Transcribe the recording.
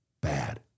bad